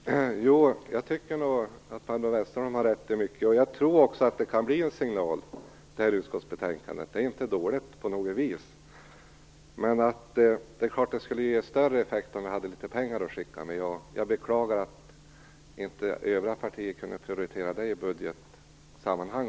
Fru talman! Jag tycker att Barbro Westerholm har rätt i mycket. Jag tror också att detta utskottsbetänkande kan bli en signal. Det är inte alls dåligt. Men det är klart att effekten skulle bli större om vi kunde skicka med litet pengar. Jag beklagar att övriga partier inte kunde prioritera detta även i budgetsammanhang.